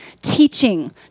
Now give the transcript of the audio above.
Teaching